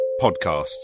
podcasts